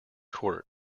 court